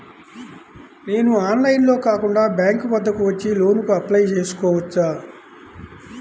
నేను ఆన్లైన్లో కాకుండా బ్యాంక్ వద్దకు వచ్చి లోన్ కు అప్లై చేసుకోవచ్చా?